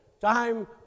Time